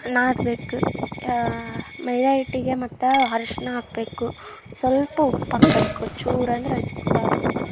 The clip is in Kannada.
ನಾದಬೇಕು ಮೈದಾಹಿಟ್ಟಿಗೆ ಮತ್ತು ಅರ್ಶ್ಣ ಹಾಕಬೇಕು ಸ್ವಲ್ಪ ಉಪ್ಪು ಹಾಕಬೇಕು ಚೂರು ಅಂದ್ರೆ